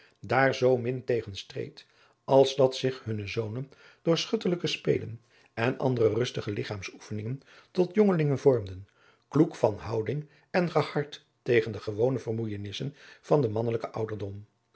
daar zoo min tegen streed als dat zich hunne zonen door schutterlijke spelen en andere rustige ligchaamsoefeningen tot jongelingen vormden kloek adriaan loosjes pzn het leven van maurits lijnslager van houding en gehard tegen de gewone vermoeijenissen van den mannelijken ouderdom